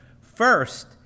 first